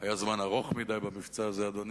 היה זמן ארוך מדי המבצע הזה, אדוני.